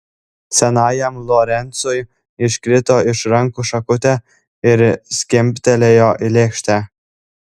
senajam lorencui iškrito iš rankų šakutė ir skimbtelėjo į lėkštę